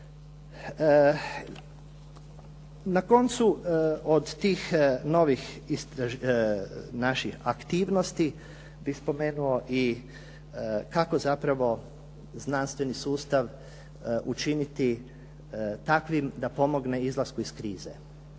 Na koncu od tih novih naših aktivnosti bih spomenuo i kako zapravo znanstveni sustav učiniti takvim da pomogne izlasku iz krize.